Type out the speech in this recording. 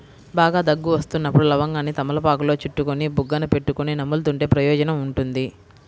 బాగా దగ్గు వస్తున్నప్పుడు లవంగాన్ని తమలపాకులో చుట్టుకొని బుగ్గన పెట్టుకొని నములుతుంటే ప్రయోజనం ఉంటుంది